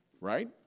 right